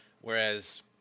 whereas